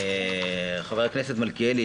חבר הכנסת מלכיאלי,